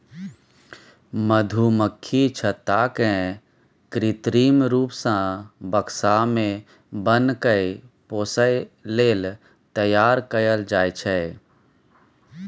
मधुमक्खी छत्ता केँ कृत्रिम रुप सँ बक्सा सब मे बन्न कए पोसय लेल तैयार कयल जाइ छै